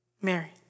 Mary